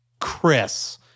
Chris